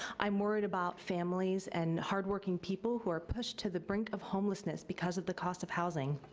i'm worried about families and hardworking people who are pushed to the brink of homelessness because of the cost of housing.